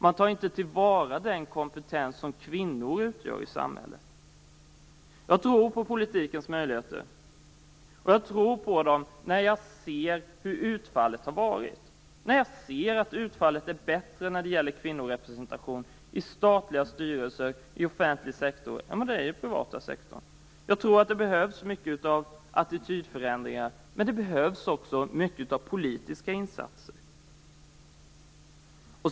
Man tar inte till vara den kompetens som kvinnor utgör i samhället. Jag tror på politikens möjligheter. Det gör jag när jag ser hur utfallet varit, när jag ser att utfallet är bättre när det gäller kvinnorepresentation i statliga styrelser och inom den offentliga sektorn jämfört med hur det är inom den privata sektorn. Jag tror att det behövs mycket av attitydförändringar, men också mycket av politiska insatser.